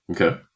Okay